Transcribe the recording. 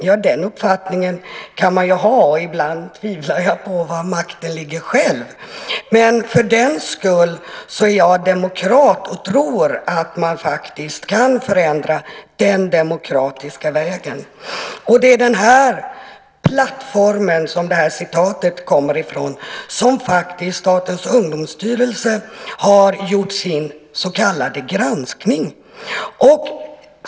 Ja, den uppfattningen kan man ju ha, och ibland tvivlar jag på var makten ligger själv, men för den skull är jag demokrat och tror att man faktiskt kan förändra den demokratiska vägen. Det är utifrån den plattform som det här citatet kommer ifrån som faktiskt Statens ungdomsstyrelse har gjort sin så kallade granskning.